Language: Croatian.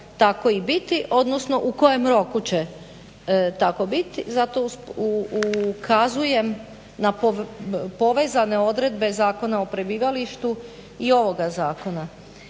tako i biti, odnosno u kojem roku će tako biti. Zato ukazujem na povezane odredbe Zakona o prebivalištu i ovoga zakona.